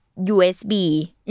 USB